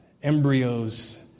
Embryos